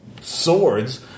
swords